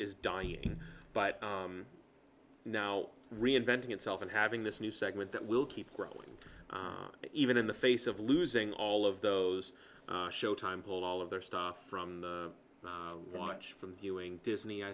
is dying but now reinventing itself and having this new segment that will keep growing even in the face of losing all of those showtime pull all of their stuff from the watch from viewing disney i